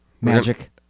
Magic